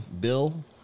Bill